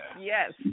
Yes